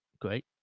great